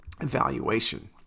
evaluation